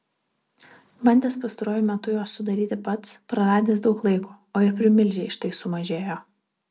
bandęs pastaruoju metu juos sudaryti pats praradęs daug laiko o ir primilžiai štai sumažėjo